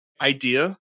idea